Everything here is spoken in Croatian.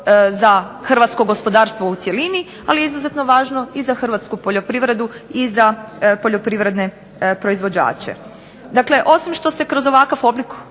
hrvatsko gospodarstvo u cjelini, ali je izuzetno važno i za hrvatsku poljoprivredu i za poljoprivredne proizvođače. Dakle, osim što se kroz ovakav oblik